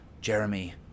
Jeremy